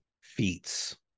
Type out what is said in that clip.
feats